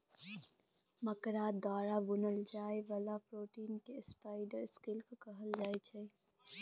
मकरा द्वारा बुनल जाइ बला प्रोटीन केँ स्पाइडर सिल्क कहल जाइ छै